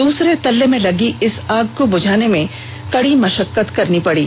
दूसरे तल्ले में लगी इस आग को बुझाने में कड़ी मशक्कत करनी पड़ी